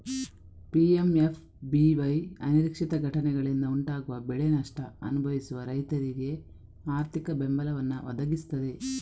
PMFBY ಅನಿರೀಕ್ಷಿತ ಘಟನೆಗಳಿಂದ ಉಂಟಾಗುವ ಬೆಳೆ ನಷ್ಟ ಅನುಭವಿಸುವ ರೈತರಿಗೆ ಆರ್ಥಿಕ ಬೆಂಬಲವನ್ನ ಒದಗಿಸ್ತದೆ